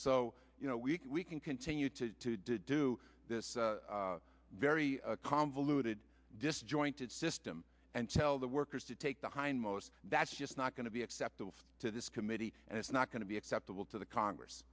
so you know we can we can continue to do this very convoluted disjointed system and tell the workers to take the hindmost that's just not going to be acceptable to this committee and it's not going to be acceptable to the congress